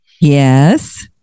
Yes